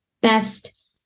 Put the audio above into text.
Best